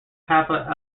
kappa